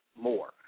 more